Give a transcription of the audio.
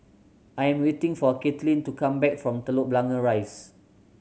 I am waiting for Caitlin to come back from Telok Blangah Rise